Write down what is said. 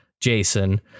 Jason